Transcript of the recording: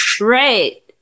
Right